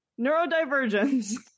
neurodivergence